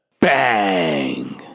Bang